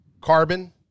carbon